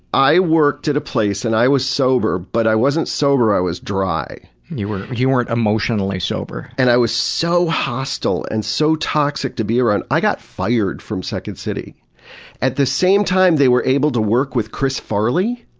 i worked at a place and i was sober, but i wasn't sober, i was dry and paul you weren't emotionally sober. and i was so hostile and so toxic to be around. i got fired from second city at the same time they were able to work with chris farley!